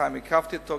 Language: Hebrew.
ובינתיים עיכבתי את זה,